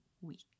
week